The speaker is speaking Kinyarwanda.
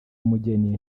mugeni